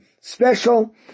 special